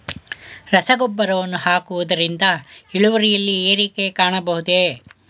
ರಸಗೊಬ್ಬರವನ್ನು ಹಾಕುವುದರಿಂದ ಇಳುವರಿಯಲ್ಲಿ ಏರಿಕೆ ಕಾಣಬಹುದೇ?